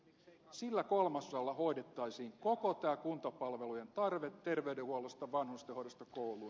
sillä kolmasosalla hoidettaisiin koko tämä kuntapalvelujen tarve terveydenhuollosta vanhustenhoidosta kouluun